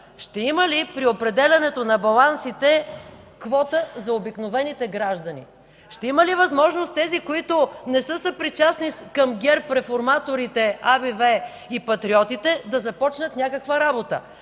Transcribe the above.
„Ще има ли при определянето на балансите квота за обикновените граждани? Ще има ли възможност тези, които не са съпричастни към ГЕРБ, реформаторите, АБВ и патриотите, да започнат някаква работа?”